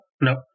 No